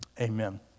Amen